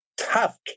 tough